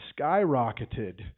skyrocketed